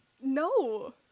No